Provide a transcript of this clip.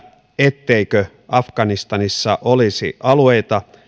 etteikö afganistanissa olisi alueita